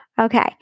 Okay